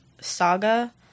Saga